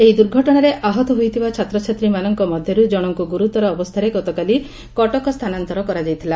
ଏହି ଦୁର୍ଘଟଶାରେ ଆହତ ହୋଇଥିବା ଛାତ୍ରଛାତ୍ରୀମାନଙ୍କ ମଧରୁ ଜଶଙ୍କୁ ଗୁରୁତର ଅବସ୍ଚାରେ ଗତକାଲି କଟକ ସ୍ଚାନାନ୍ତର କରାଯାଇଥିଲା